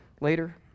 later